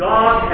God